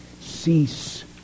cease